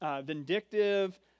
vindictive